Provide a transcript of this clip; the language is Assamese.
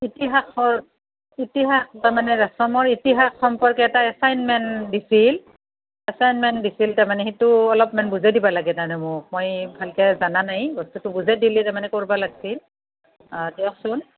ইতিহাসৰ ইতিহাস তাৰমানে ৰেচমৰ ইতিহাস সম্পৰ্কে এটা এছাইণ্টমেণ্ট দিছিল এছাইণ্টমেণ্ট দিছিল সেইটো অলপমান বুজাই দিব লাগে তাৰমানে মোক মই ভালকৈ জনা নাই বস্তুটো বুজাই দিলে তাৰমানে কৰিব লাগিছিল অঁ দিয়কচোন